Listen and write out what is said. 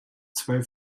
zwei